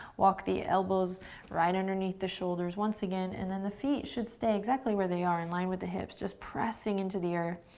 walk the elbows right underneath the shoulders once again, and then the feet should stay exactly where they are, in line with the hips, just pressing into the earth,